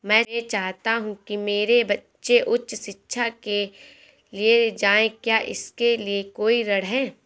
मैं चाहता हूँ कि मेरे बच्चे उच्च शिक्षा के लिए जाएं क्या इसके लिए कोई ऋण है?